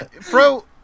Fro